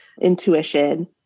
intuition